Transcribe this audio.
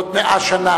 עוד 100 שנה,